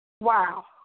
Wow